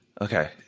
Okay